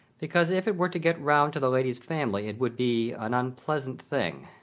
because if it were to get round to the lady's family it would be an unpleasant thing.